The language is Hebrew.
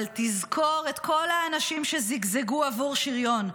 אבל תזכור את כל האנשים שזגזגו עבור שריון.